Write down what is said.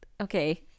okay